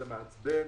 זה מעצבן,